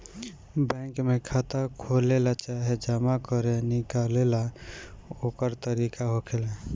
bank में खाता खोलेला चाहे जमा करे निकाले ला ओकर तरीका होखेला